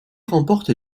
remporte